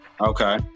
okay